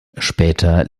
später